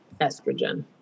estrogen